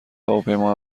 هواپیما